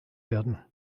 werden